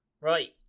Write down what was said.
Right